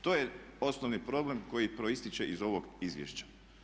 To je osnovni problem koji proističe iz ovog izvješća.